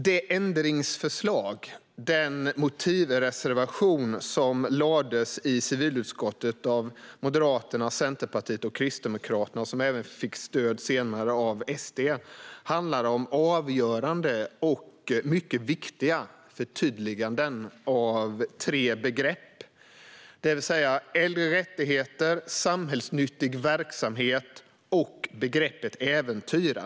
Det ändringsförslag, den motivreservation, som lades fram i civilutskottet av Moderaterna, Centerpartiet och Kristdemokraterna, och som senare även fick stöd av SD, handlar om avgörande och mycket viktiga förtydliganden av tre begrepp: äldre rättigheter, samhällsnyttig verksamhet och begreppet äventyra.